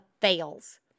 fails